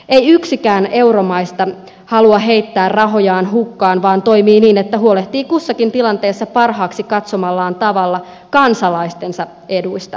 ei yksikään euromaista halua heittää rahojaan hukkaan vaan toimii niin että huolehtii kussakin tilanteessa parhaaksi katsomallaan tavalla kansalaistensa eduista